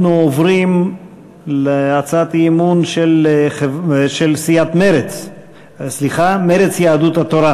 אנחנו עוברים להצעת האי-אמון של סיעות מרצ ויהדות התורה: